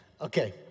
Okay